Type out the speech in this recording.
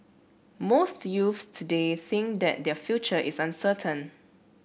most youths today think that their future is uncertain